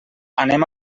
anem